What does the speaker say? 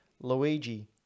Luigi